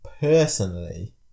personally